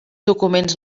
documents